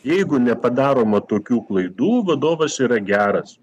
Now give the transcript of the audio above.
jeigu nepadaroma tokių klaidų vadovas yra geras